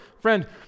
Friend